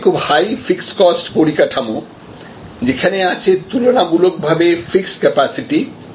যেখানে খুব high fixed cost পরিকাঠামো যেখানে আছে তুলনামূলকভাবে ফিক্সড ক্যাপাসিটি